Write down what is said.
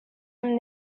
him